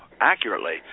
accurately